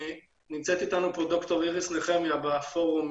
נמצאת איתנו פה ד"ר איריס נחמיה בפורום,